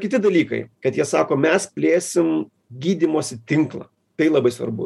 kiti dalykai kad jie sako mes plėsim gydymosi tinklą tai labai svarbu